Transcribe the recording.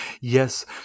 Yes